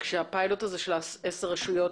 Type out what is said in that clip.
--- הפיילוט הזה של עשר הרשויות,